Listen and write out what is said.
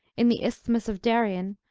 in the isthmus of darien,